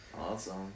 Awesome